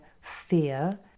fear